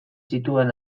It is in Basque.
zituen